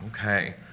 Okay